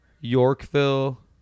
Yorkville